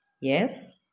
Yes